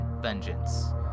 vengeance